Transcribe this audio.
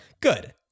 good